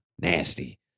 Nasty